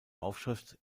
aufschrift